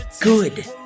Good